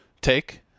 take